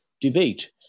debate